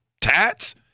tats